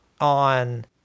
on